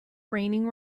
raining